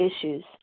issues